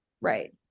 Right